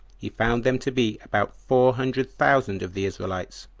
he found them to be about four hundred thousand of the israelites,